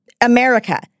America